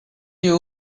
you